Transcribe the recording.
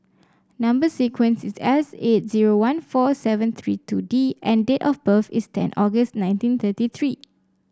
number sequence is S eight zero one four seven three two D and date of birth is ten August nineteen thirty three